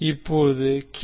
இப்போது கே